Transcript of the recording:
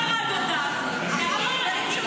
מי הרג אותם, מנסור?